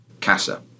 Casa